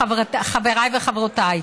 חבריי וחברותיי,